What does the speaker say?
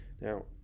Now